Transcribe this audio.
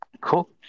cool